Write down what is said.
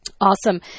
Awesome